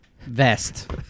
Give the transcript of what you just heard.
vest